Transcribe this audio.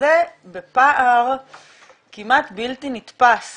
זה בפער כמעט בלתי נתפס